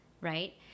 right